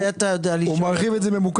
אני לא יודע